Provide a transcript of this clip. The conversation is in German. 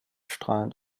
strahlend